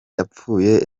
yapfuye